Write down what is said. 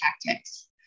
tactics